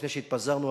לפני שהתפזרנו,